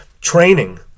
training